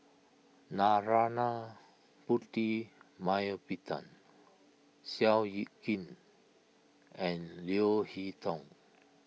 Narana Putumaippittan Seow Yit Kin and Leo Hee Tong